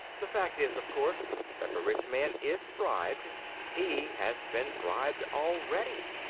the fact is, of course, that the rich man is bribed he has been bribed already.